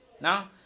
now